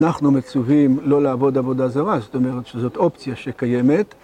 אנחנו מצווים לא לעבוד עבודה זרה, זאת אומרת שזאת אופציה שקיימת.